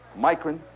Micron